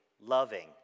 loving